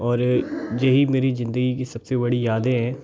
और यही मेरी ज़िंदगी की सबसे बड़ी यादें हैं